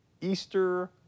Easter